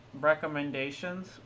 recommendations